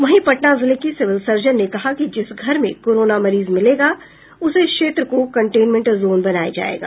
वहीं पटना जिले की सिविल सर्जन ने कहा है कि जिस घर में कोरोना मरीज मिलेगा उस क्षेत्र को कंटेनमेंट जोन बनाया जायेगा